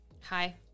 Hi